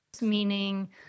Meaning